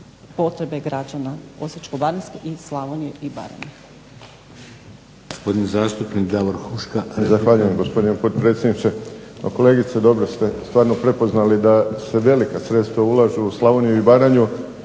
potrebe građana osječko-baranjske i Slavonije i Baranje.